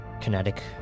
kinetic